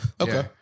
okay